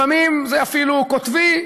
לפעמים זה אפילו קוטבי,